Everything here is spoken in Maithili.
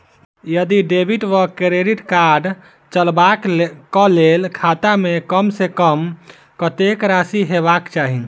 यदि डेबिट वा क्रेडिट कार्ड चलबाक कऽ लेल खाता मे कम सऽ कम कत्तेक राशि हेबाक चाहि?